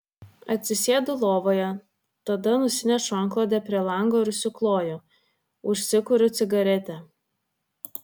atsisėdu lovoje tada nusinešu antklodę prie lango ir užsikloju užsikuriu cigaretę